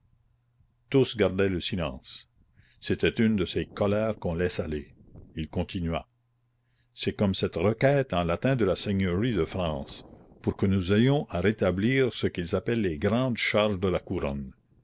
tous gardaient le silence c'était une de ces colères qu'on laisse aller il continua c'est comme cette requête en latin de la seigneurie de france pour que nous ayons à rétablir ce qu'ils appellent les grandes charges de la couronne